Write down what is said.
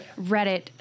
Reddit